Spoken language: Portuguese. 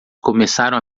começaram